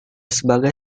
sebagai